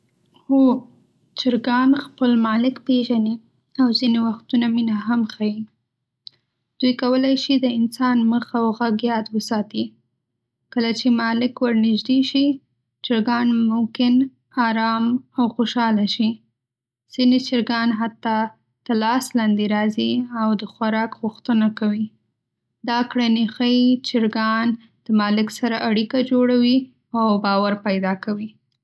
هو، چرګان خپل مالک پېژني او ځینې وختونه مینه هم ښيي. دوی کولی شي د انسان مخ او غږ یاد وساتي. کله چې مالک ورنږدې شي، چرګان ممکن ارام او خوشاله شي. ځینې چرګان حتی د لاس لاندې راځي او د خوراک غوښتنه کوي. دا کړنې ښيي چې چرګان د مالک سره اړیکه جوړوي او باور پیدا کوي.